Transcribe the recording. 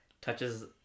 touches